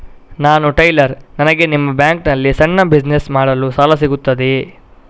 ನಾನು ಟೈಲರ್, ನನಗೆ ನಿಮ್ಮ ಬ್ಯಾಂಕ್ ನಲ್ಲಿ ಸಣ್ಣ ಬಿಸಿನೆಸ್ ಮಾಡಲು ಸಾಲ ಸಿಗುತ್ತದೆಯೇ?